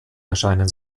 erscheinen